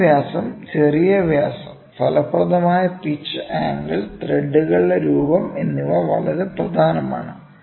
പ്രധാന വ്യാസം ചെറിയ വ്യാസം ഫലപ്രദമായ പിച്ച് ആംഗിൾ ത്രെഡുകളുടെ രൂപം എന്നിവ വളരെ പ്രധാനമാണ്